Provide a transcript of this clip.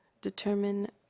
determine